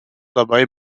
dabei